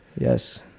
Yes